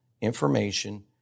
information